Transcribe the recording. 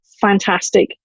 fantastic